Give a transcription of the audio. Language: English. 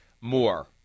more